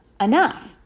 enough